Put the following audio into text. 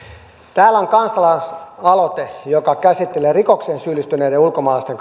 täällä on kansalaisaloite joka käsittelee rikokseen syyllistyneiden ulkomaalaisten